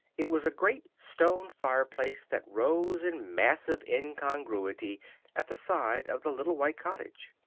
it was a great stone fireplace that rose in massive incongruity at the side of the little white cottage.